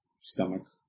stomach